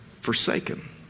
forsaken